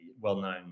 well-known